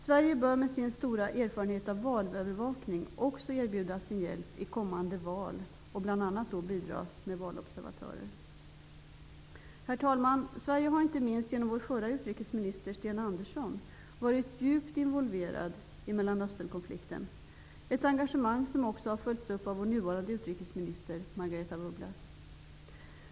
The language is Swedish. Sverige bör med sin stora erfarenhet av valövervakning också erbjuda sin hjälp i kommande val och bl.a. bidra med valobservatörer. Herr talman! I Sverige har vi, inte minst genom vår förre utrikesminister Sten Andersson, varit djupt involverade i Mellanösternkonflikten. Det är ett engagemang som också har följts upp av vår nuvarande utrikesminister Margaretha af Ugglas.